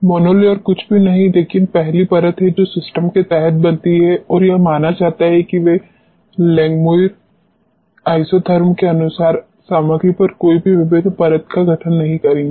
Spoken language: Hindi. मोनोलेयर कुछ भी नहीं है लेकिन पहली परत है जो सिस्टम के तहत बनती है और यह माना जाता है कि वे लैंगमुइर आइसोथर्मस के अनुसार सामग्री पर कोई भी विभिन्न परत का गठन नहीं करेंगे